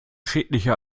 schädlicher